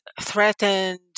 threatened